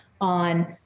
on